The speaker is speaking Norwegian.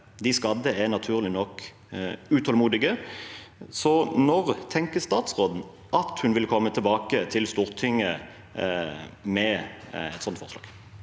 De skadde er naturlig nok utålmodige. Når tenker statsråden at hun vil komme tilbake til Stortinget med et slikt forslag?